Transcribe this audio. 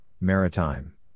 Maritime